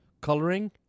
coloring